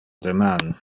deman